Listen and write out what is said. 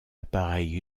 appareil